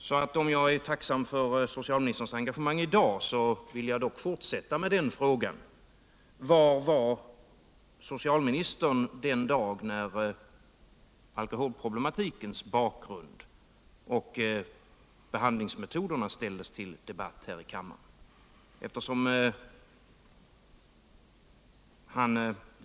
Så även om jag är tacksam för socialministerns engagemang i dag vill jag fortsätta och fråga: Var befann sig socialministern den dag när alkoholproblematikens bakgrund och behandlingsmetoderna ställdes under debatt här i kammaren?